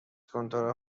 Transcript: کنترل